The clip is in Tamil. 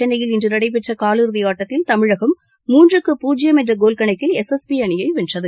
சென்னையில் இன்று நடைபெற்ற கால் இறுதி ஆட்டத்தில் தமிழகம் மூன்றுக்கு பூஜ்ஜியம் என்ற கோல் கணக்கில் எஸ் எஸ் பி அணியை வென்றது